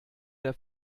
der